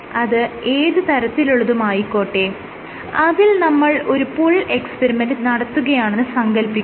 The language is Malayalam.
അത് ഏത് തരത്തിലുള്ളതുമായിക്കോട്ടെ അതിൽ നമ്മൾ ഒരു പുൾ എക്സ്പെരിമെന്റ് നടത്തുകയാണെന്ന് സങ്കൽപ്പിക്കുക